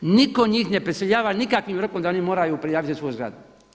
Nitko njih ne prisiljava nikakvim rokom da oni moraju prijaviti svoju zgradu.